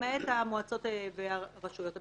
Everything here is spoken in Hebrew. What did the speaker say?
למעט המועצות והרשויות המקומיות.